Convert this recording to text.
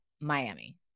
Miami